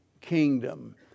kingdom